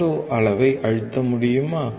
auto அளவை அழுத்த முடியுமா